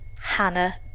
Hannah